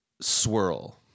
swirl